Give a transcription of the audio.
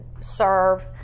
serve